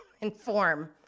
inform